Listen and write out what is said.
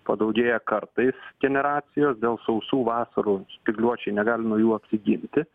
padaugėja kartais generacijos dėl sausų vasarų spygliuočiai negali nuo jų apsiginti